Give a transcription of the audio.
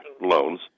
loans